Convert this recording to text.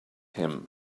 him